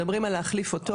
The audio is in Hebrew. מדברים על להחליף אותו.